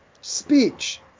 speech